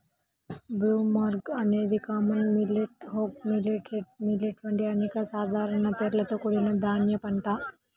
broomcorn అనేది common millet, hog millet, red millet వంటి అనేక సాధారణ పేర్లతో కూడిన ధాన్యం పంట